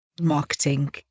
marketing